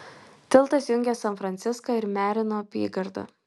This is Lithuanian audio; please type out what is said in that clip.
tiltas jungia san franciską ir merino apygardą